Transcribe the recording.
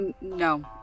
no